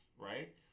right